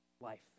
life